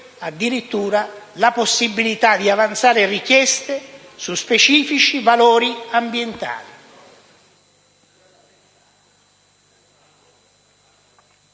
addirittura la possibilità di avanzare richieste su specifici valori ambientali.